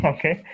Okay